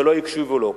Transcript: ולא הקשיבו לו.